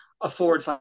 afford